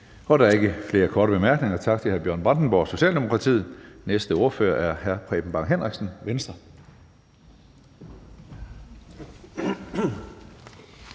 Der er ikke flere korte bemærkninger. Tak til hr. Bjørn Brandenborg, Socialdemokratiet. Den næste ordfører er hr. Preben Bang Henriksen, Venstre.